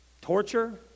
torture